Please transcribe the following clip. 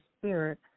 Spirit